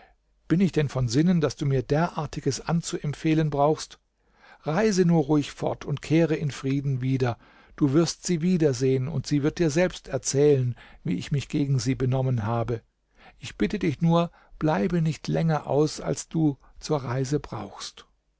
bin ich denn von sinnen daß du mir derartiges anzuempfehlen brauchst reise nur ruhig fort und kehre in frieden wieder du wirst sie wiedersehen und sie wird dir selbst erzählen wie ich mich gegen sie benommen habe ich bitte dich nur bleibe nicht länger aus als du zur reise brauchst